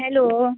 hello